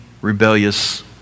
rebellious